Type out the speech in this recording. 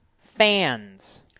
Fans